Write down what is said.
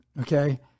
okay